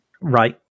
Right